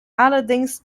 allerdings